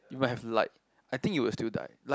you might have light I think you will still die like